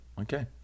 Okay